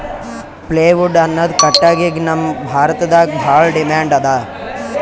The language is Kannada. ಪ್ಲೇವುಡ್ ಅನ್ನದ್ ಕಟ್ಟಗಿಗ್ ನಮ್ ಭಾರತದಾಗ್ ಭಾಳ್ ಡಿಮ್ಯಾಂಡ್ ಅದಾ